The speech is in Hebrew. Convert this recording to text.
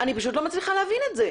אני פשוט לא מצליחה להבין את זה.